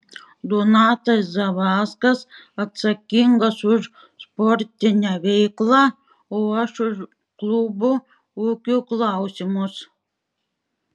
donatas zavackas atsakingas už sportinę veiklą o aš už klubo ūkio klausimus